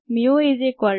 ఇది మరో మోడల్